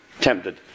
tempted